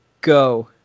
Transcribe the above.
Go